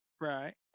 Right